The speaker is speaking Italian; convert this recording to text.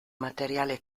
materiale